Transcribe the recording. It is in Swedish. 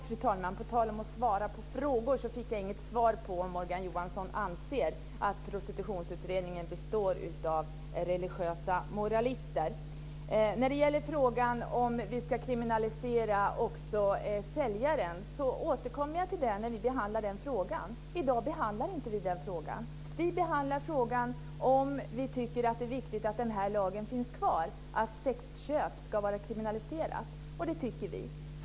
Fru talman! På tal om att svara på frågor fick jag inget svar på om Morgan Johansson anser att Prostitutionsutredningen består av religiösa moralister. Jag återkommer till frågan om att vi ska kriminalisera också säljaren när vi behandlar den frågan. I dag behandlar vi inte den frågan. Vi behandlar frågan om vi tycker att det är viktigt att lagen finns kvar och att sexköp ska vara kriminaliserat. Det tycker vi kristdemokrater.